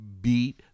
beat